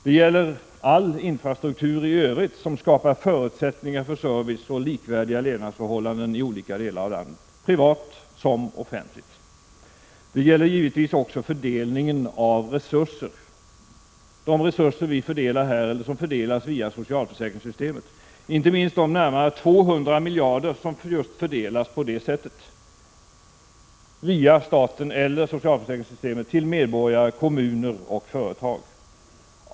Det gäller all infrastruktur i övrigt, som skapar förutsättningar för service och likvärdiga levnadsförhållanden i olika delar av landet, privat som offentligt. Det gäller givetvis också fördelningen av resurser, inte minst de närmare 200 miljarder som fördelas via staten eller socialförsäkringssystemet till medborgare, kommuner och företag.